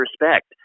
respect